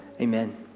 Amen